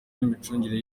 n’imicungire